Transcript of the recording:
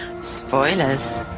Spoilers